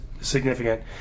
significant